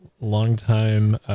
longtime